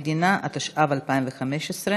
(שם המדינה), התשע"ו 2015,